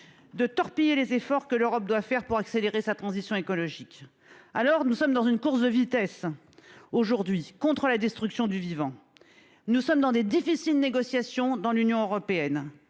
De torpiller les efforts que l'Europe doit faire pour accélérer sa transition écologique. Alors nous sommes dans une course de vitesse aujourd'hui contre la destruction du vivant. Nous sommes dans des difficiles négociations dans l'Union européenne.